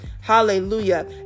Hallelujah